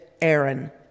Aaron